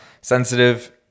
sensitive